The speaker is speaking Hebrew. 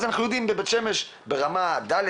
אז אנחנו יודעים שבבית שמש ברמה ד',